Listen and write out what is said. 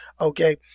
okay